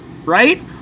right